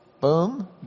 boom